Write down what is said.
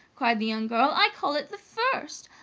cried the young girl i call it the first.